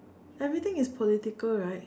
everything is political right